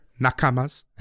nakamas